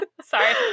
Sorry